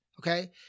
okay